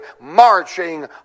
marching